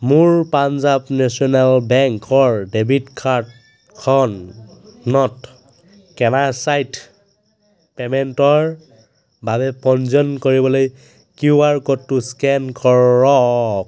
মোৰ পাঞ্জাৱ নেচনেল বেংকৰ ডেবিট কাৰ্ডখনত ট'কেনাইজ্ড পে'মেণ্টৰ বাবে পঞ্জীয়ন কৰিবলৈ কিউ আৰ ক'ডটো স্কেন কৰক